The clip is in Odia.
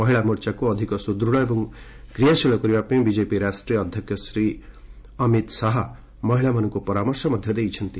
ମହିଳା ମୋର୍ଚ୍ଚାକୁ ଅଧିକ ସୁଦୁତ ଏବଂ କ୍ରିୟାଶୀଳ କରିବା ପାଇଁ ବିଜେପି ରାଷ୍ଟୀୟ ଅଧ୍ଘକ୍ଷ ଶ୍ରୀ ଅମିତ ଶାହା ମହିଳାକର୍ମୀମାନଙ୍କୁ ପରାମର୍ଶ ଦେଇଛନ୍ତି